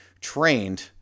trained